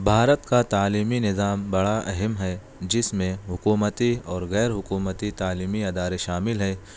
بھارت کا تعلیمی نظام بڑا اہم ہے جس میں حکومتی اور غیرحکومتی تعلیمی ادارے شامل ہیں